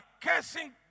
cursing